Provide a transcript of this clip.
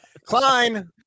klein